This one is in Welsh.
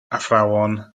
athrawon